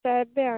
ତ ଏବେ ଆଣିଛ